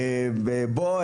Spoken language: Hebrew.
בוא,